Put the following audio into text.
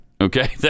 Okay